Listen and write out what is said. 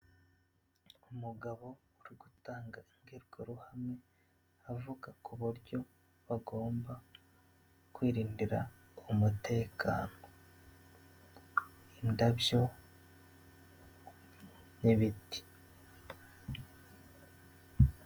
Umugabo uri gutanga inbwiruhame avuga ku buryo bagomba kwirindira umutekano, indabyo n'ibiti.